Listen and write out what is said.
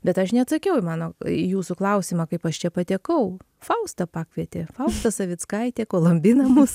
bet aš neatsakiau į mano į jūsų klausimą kaip aš čia patekau fausta pakvietė fausta savickaitė kolambina mus